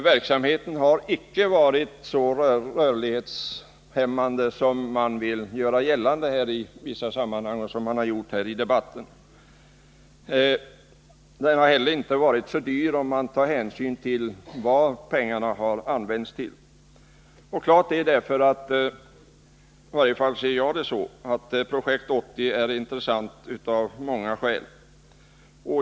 Verksamheten har inte varit så rörlighetshämmande som man i vissa fall, även här i debatten, har velat göra gällande. Den har heller inte varit för dyr, om man tar hänsyn till vad pengarna har använts till. Klart är därför — i varje fall ser jag det så — att Projekt 80 är intressant av många skäl.